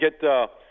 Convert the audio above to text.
get